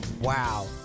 Wow